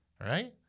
right